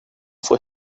fue